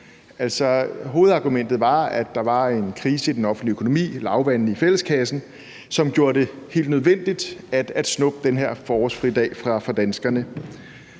Hovedargumentet var, at der var en krise i den offentlige økonomi og lavvande i fælleskassen, som gjorde det helt nødvendigt at snuppe den her forårsfridag fra danskerne,